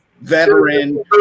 veteran